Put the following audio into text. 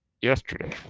yesterday